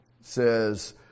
says